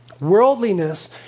Worldliness